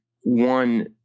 one